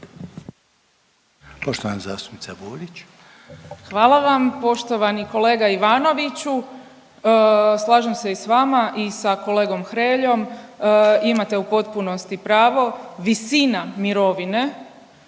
**Burić, Majda (HDZ)** Hvala vam. Poštovani kolega Ivanoviću slažem se i s vama i sa kolegom Hreljom, imate u potpunosti pravo. Visina mirovine